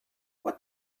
what